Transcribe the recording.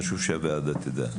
חשוב שהוועדה תדע.